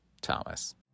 Thomas